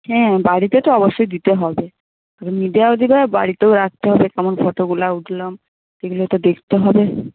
হ্যাঁ বাড়িতে তো অবশ্যই দিতে হবে মিডিয়ায়ও দেবে বাড়িতেও রাখতে হবে কেমন ফটোগুলো উঠলাম সেগুলো তো দেখতে হবে